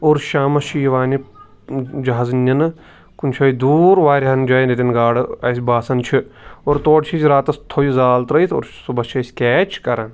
اور شامَس چھُ یِوان یہِ جَہازٕ نِنٕہ کُنہٕ جایہِ دوٗر واریاہَن جایَن ییٚتٮ۪ن گاڈٕ اَسہِ باسان چھِ اور تورٕ چھِ أسۍ راتَس تھوو یہِ زال ترٲیِتھ اور صُبحَس چھِ أسۍ کیچ کَران